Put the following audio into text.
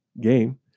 game